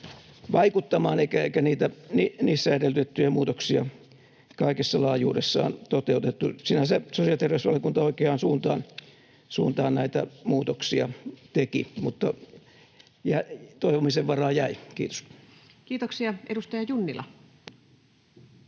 vaikuttamaan, eikä niissä edellytettyjä muutoksia kaikessa laajuudessaan toteutettu. Sinänsä sosiaali- ja terveysvaliokunta oikeaan suuntaan näitä muutoksia teki, mutta toivomisen varaa jäi. — Kiitos. [Speech 60]